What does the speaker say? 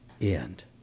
end